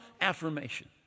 affirmation